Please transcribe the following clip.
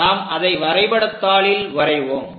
அதை நாம் வரைபடதாளில் வரைவோம்